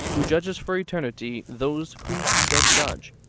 who judges for eternity those whom he doth judge,